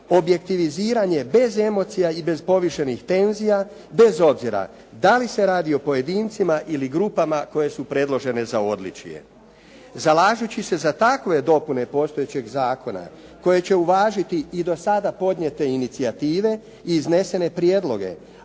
objektiviziranje bez emocija i bez povišenih tenzije, bez obzira da li se radi o pojedincima ili grupama koje su predložene za odličje. Zalažući se za takve dopune postojećeg zakona koje će uvažiti i do sada podnijete inicijative i iznesene prijedloge,